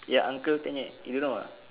ya uncle penyet you know ah